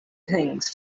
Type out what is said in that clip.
things